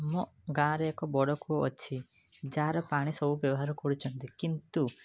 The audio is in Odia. ଆମ ଗାଁରେ ଏକ ବଡ଼ କୂଅ ଅଛି ଯାହାର ପାଣି ସବୁ ବ୍ୟବହାର କରୁଛନ୍ତି କିନ୍ତୁ